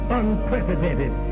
unprecedented